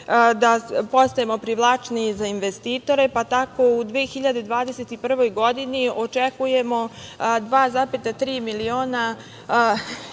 da postajemo privlačniji za investitore, pa tako u 2021. godini očekujemo 2,3 milijarde